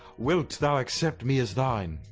willt thou accept me as thyn?